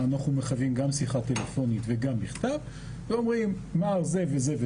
אנחנו עושים גם שיחה טלפונית וגם מכתב ואומרים מר זה וזה,